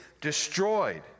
destroyed